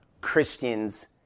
Christians